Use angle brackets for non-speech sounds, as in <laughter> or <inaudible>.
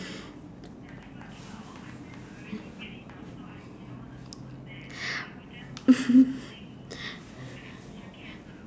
<laughs>